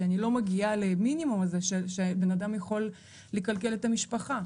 שאני לא מגיעה למינימום שבנאדם יכול לכלכל את המשפחה,